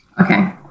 Okay